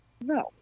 no